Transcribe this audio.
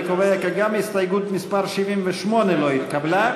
אני קובע כי גם הסתייגות מס' 78 לא התקבלה.